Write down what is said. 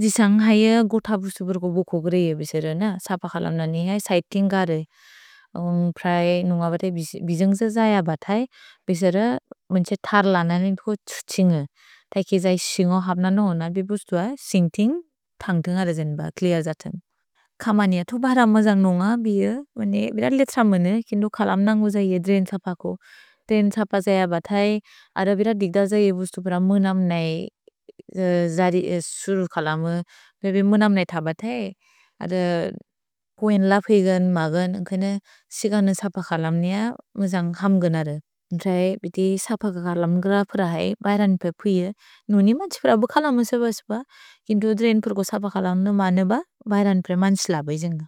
जिसन्ग् हैये गोत बुसुबुर् को बोको ग्रे ये बेसेरे न सपखल नने है सैतिन्गारे। प्रए नुन्गोब ते बिजुन्ग्जे जय बत् है बेसेरे मुन्छे थर्लन नितु को त्सुत्सिन्गुए। तैके जै सिन्गो हब्न नो होन बिबुस्तुअ सिन्ग्तिन्ग् तन्ग्तुन्ग रेजेन्ब क्लिअ जत्सन्ग्। कमनिय तु बह्र म जन्ग् नुन्ग बिये, बिन लित्र मुने केन्दो कलम् नन्गु जये द्रेइन् सपको। द्रेइन् सप जय बत् है, अर बिन दिग्द जये बुसुबुर मुनम् नै जरि सुर् कलमु। भेबे मुनम् नै थ बत् है, अर कुएन् लपिगन्, मगन्, केन सिगन सपखलम् निअ म जन्ग् हम्गनरे। न्द्रे, बिदे सपखलम् ग्र पुर है, बैरनिपे पुइये। नुनिम छिक्र बु कलमु से बस्ब कि दुद्रेइन् पुर सपखलम् नु मने ब बैरनिपे मन्सिल बै जन्ग्।